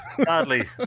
sadly